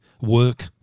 work